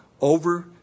over